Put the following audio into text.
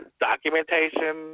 documentation